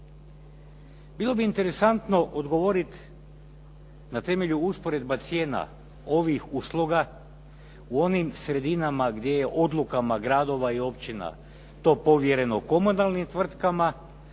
Bilo bi interesantno odgovoriti na temelju usporedba cijena ovih usluga u onim sredinama gdje je odlukama gradova i općina to povjereno komunalnim tvrtkama